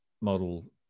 model